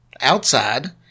outside